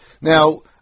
Now